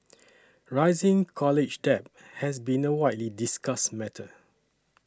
rising college debt has been a widely discussed matter